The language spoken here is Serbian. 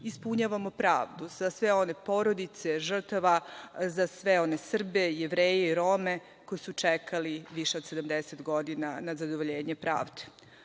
ispunjavamo pravdu za sve one porodice žrtava, za sve one Srbe, Jevreje, Rome koji su čekali više od 70 godina na zadovoljenje